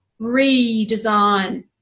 redesign